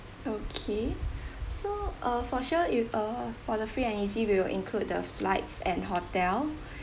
okay so uh for sure uh for the free and easy we'll include the flights and hotel